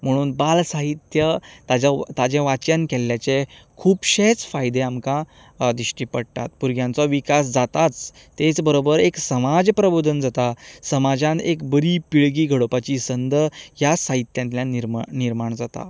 म्हणून बाल साहित्य ताजे ताचें वाचन केल्ल्याचें खूबशेंच फायदे आमकां दिश्टी पडटात भुरग्यांचो विकास जाताच तेच बरोबर एक समाज परिवरितन जाता समाजांत एक बरी पिळगी घडोवपाची संद ह्या साहित्यांत्यान निर्माण निर्माण जाता